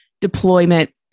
deployment